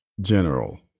General